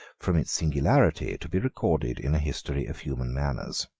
from its singularity, to be recorded in a history of human manners.